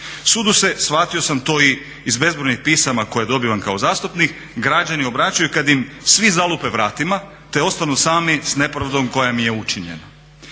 Sudu se, shvatio sam to i iz bezbrojnih pisama koje dobivam kao zastupnik, građani obraćaju kad im svi zalupe vratima te ostanu sami s nepravdom koja im je učinjena.